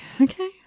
Okay